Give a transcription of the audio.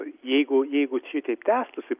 jeigu jeigu šitaip tęstųsi